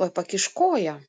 tuoj pakiš koją